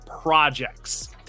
projects